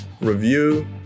review